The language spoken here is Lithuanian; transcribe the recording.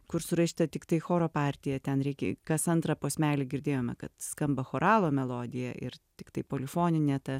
kur surašyta tiktai choro partija ten reikia kas antrą posmelį girdėjome kad skamba choralo melodija ir tiktai polifoninė ta